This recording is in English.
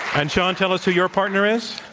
and, sean, tell us who your partner is?